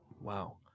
Wow